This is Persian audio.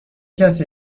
کسی